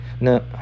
No